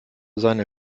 seine